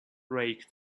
rake